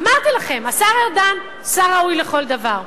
אמרתי לכם: השר ארדן, שר ראוי לכל דבר,